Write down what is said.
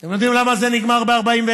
אתם יודעים למה זה נגמר ב-41?